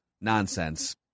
nonsense